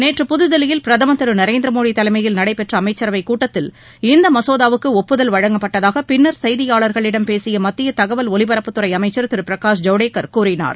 நேற்று புதுதில்லியில் பிரதமர் திரு நரேந்திர மோடி தலைமையில் நடைபெற்ற அமைச்சரவைக் கூட்டத்தில் இந்த மகோதாவுக்கு ஒப்புதல் வழங்கப்பட்டதாக பின்னர் செய்தியாளர்களிடம் பேசிய மத்திய தகவல் ஒலிபரப்புத்துறை அமைச்சர் திரு பிரகாஷ் ஐவ்டேகர் கூறினார்